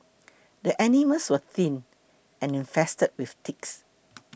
the animals were thin and infested with ticks